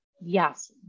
yes